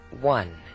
one